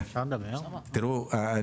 תראו,